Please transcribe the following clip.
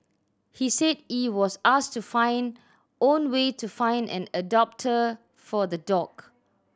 he said he was asked to find own way to find an adopter for the dog